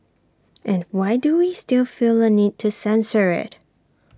and why do we still feel A need to censor IT